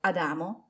Adamo